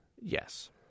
Yes